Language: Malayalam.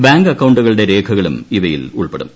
ബാങ്ക് അക്കൌണ്ടുകളുടെ രേഖകളും ഇവ യിൽ ഉൾപ്പെടും